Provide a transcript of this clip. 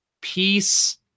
Peace